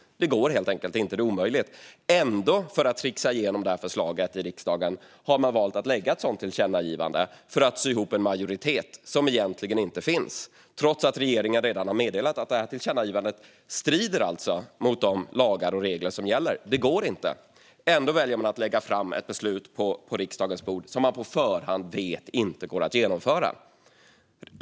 Det går helt enkelt inte. Det är omöjligt. För att sy ihop en majoritet som egentligen inte finns och trixa igenom förslaget i riksdagen har man ändå valt att lägga ett sådant tillkännagivande, trots att regeringen alltså redan har meddelat att det strider mot de lagar och regler som gäller. Det går inte. Ändå väljer man att lägga fram ett beslut på riksdagens bord som man på förhand vet inte går att genomföra.